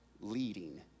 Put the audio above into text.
leading